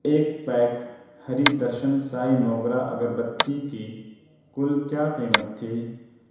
ایک پیک ہری درشن سائی موگرا اگر بتی کی کل کیا قیمت تھی